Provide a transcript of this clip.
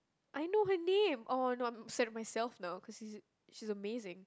I know her name orh no I'm sad of myself now cause she's she's amazing